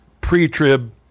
pre-trib